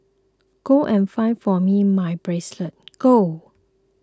go and find for me my bracelet go